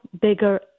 bigger